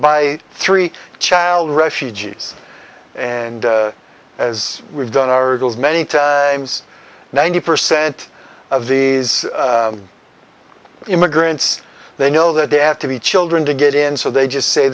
by three child refugees and as we've done our girls many times ninety percent of these immigrants they know that they have to be children to get in so they just say